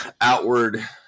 outward